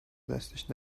دستش